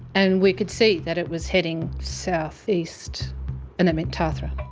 and we could see that it was heading southeast and that meant tathra.